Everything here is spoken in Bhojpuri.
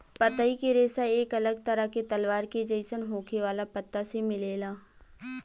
पतई के रेशा एक अलग तरह के तलवार के जइसन होखे वाला पत्ता से मिलेला